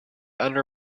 under